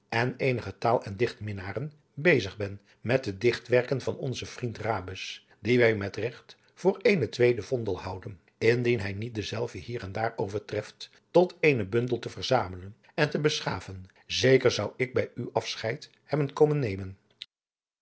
en eenige taal en dichtminnaren bezig ben met de dichtwerken van onzen vriend rabus dien wij met regt voor eenen tweeden vondel houden indien hij niet denzelven hier en daar overtreft tot eenen bundel te verzamelen en te beschaven zeker zou ik bij u afscheid hebben komen nemen